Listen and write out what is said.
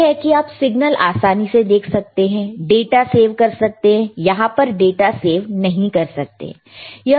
एक है कि आप सिग्नल आसानी से देख सकते डाटा सेव कर सकते हैं यहां पर आप डाटा सेव नहीं कर सकते हैं